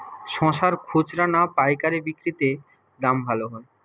শশার খুচরা না পায়কারী বিক্রি তে দাম ভালো হয়?